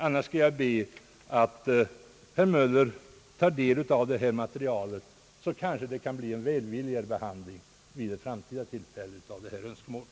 Annars skall jag be att herr Möller tar del av detta material, så kanske det kan bli en välvilligare behandling av detta önskemål vid ett senare tillfälle.